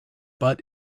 but